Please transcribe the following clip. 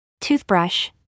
Toothbrush